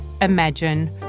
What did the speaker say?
imagine